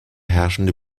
herrschende